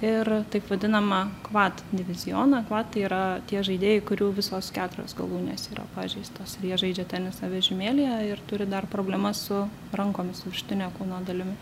ir taip vadinamą quad divizioną quad tai yra tie žaidėjai kurių visos keturios galūnės yra pažeistos jie žaidžia tenisą vežimėlyje ir turi dar problemas su rankomis viršutine kūno dalim